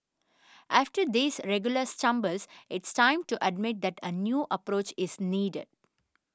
after these regular stumbles it's time to admit that a new approach is needed